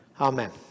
Amen